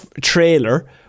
trailer